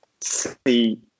see